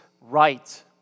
right